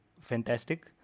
fantastic